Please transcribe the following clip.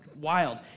wild